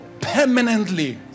Permanently